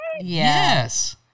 Yes